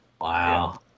Wow